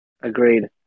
Agreed